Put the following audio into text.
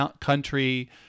Country